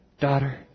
daughter